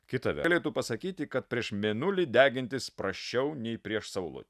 kita ve galėtų pasakyti kad prieš mėnulį degintis prasčiau nei prieš saulutę